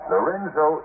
Lorenzo